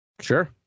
Sure